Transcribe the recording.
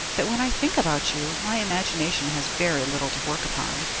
that when i think about you, my imagination has very little to work upon.